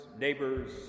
neighbors